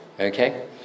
Okay